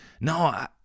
no